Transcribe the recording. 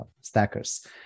stackers